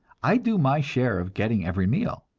i do my share of getting every meal.